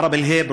עראב אל-הייב,